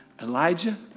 Elijah